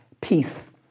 peace